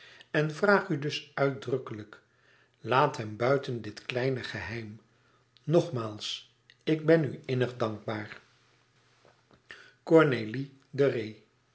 en vraag u dus uitdrukkelijk laat hem buiten dit kleine geheim nogmaals ik ben u innig dankbaar